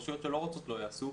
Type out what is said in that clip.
ורשויות שלא רוצות לא יעשו,